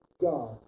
God